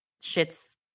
shit's